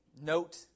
note